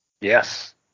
Yes